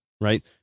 right